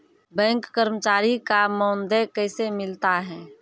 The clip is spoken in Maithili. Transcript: बैंक कर्मचारी का मानदेय कैसे मिलता हैं?